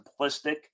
simplistic